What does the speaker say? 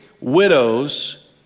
widows